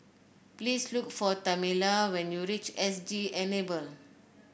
please look for Tamela when you reach S G Enable